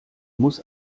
muss